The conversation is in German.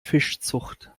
fischzucht